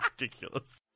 Ridiculous